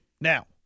Now